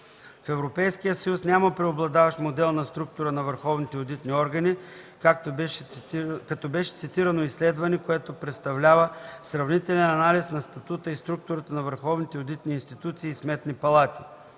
В Европейския съюз няма преобладаващ модел на структура на върховните одитни органи, като беше цитирано изследване, което представлява „Сравнителен анализ на статута и структурата на върховните одитни институции и сметни палати”.”